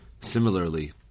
Similarly